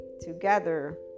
together